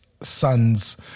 sons